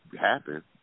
happen